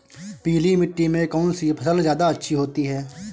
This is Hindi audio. पीली मिट्टी में कौन सी फसल ज्यादा अच्छी होती है?